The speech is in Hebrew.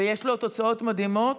ויש לו תוצאות מדהימות,